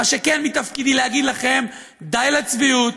מה שכן מתפקידי להגיד לכם: די לצביעות,